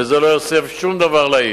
וזה לא יוסיף שום דבר לעיר.